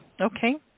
Okay